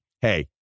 Hey